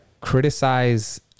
criticize